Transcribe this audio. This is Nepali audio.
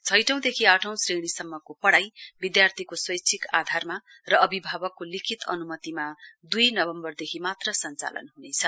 छैटौ देखि आठौं क्षेणीसम्मको पढ़ाई विधार्थीको स्वैच्छिक आधारमा र अभिभावकको लिखित अन्मतिमा द्ई नवम्वरदेखि मात्र सञ्चालन हुनेछ